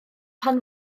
pan